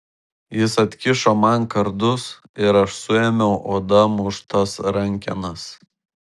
jis atkišo man kardus ir aš suėmiau oda muštas rankenas